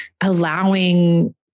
allowing